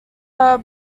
are